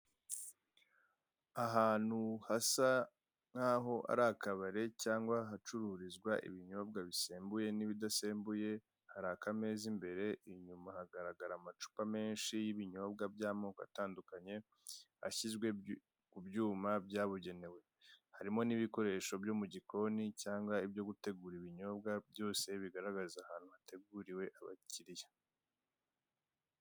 ahantu hasa nkaho ari akabare cyangwa hacururizwa ibinyobwa bisembuye n'ibigasembuye hari akameza imbere haragaragara amacupa menshi y'ibinyobwa atandukanye ashyizwe mubyuma byabugenewe harimo n'ibikoresho byo mugikoni cyangwa ibyo gutegura ibinyobwa byose bigaragaza ahantu hateguriwe abakiriya